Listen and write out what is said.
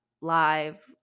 live